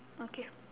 okay